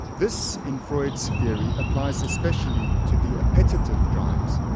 this in freud's theory applies especially to the appetitive drives,